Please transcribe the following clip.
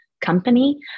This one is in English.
company